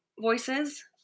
voices